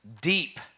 deep